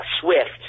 Swift